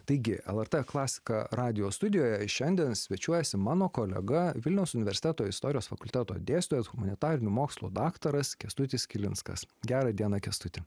taigi lrt klasika radijo studijoje šiandien svečiuojasi mano kolega vilniaus universiteto istorijos fakulteto dėstytojas humanitarinių mokslų daktaras kęstutis kilinskas gera diena kęstuti